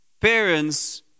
parents